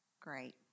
Great